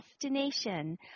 destination